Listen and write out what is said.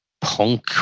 punk